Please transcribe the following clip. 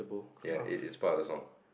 ya it is part of the song